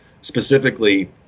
specifically